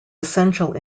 essential